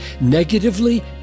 Negatively